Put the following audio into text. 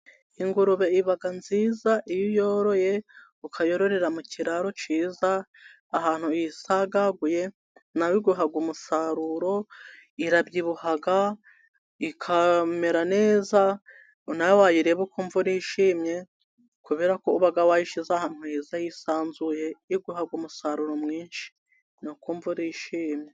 Ingurube ibaga nziza iyo uyoroye ukayororera mu kiraro cyiza, ahantu usagaguye nabiguhaga umusaruro irabyibuhaga ikamera neza nawe wayirebe uko imvura yishimye, kubera ko ubagawayihise izahamuriza yisanzuye yo guhabwa umusaruro mwinshi ni ukumva urishimye.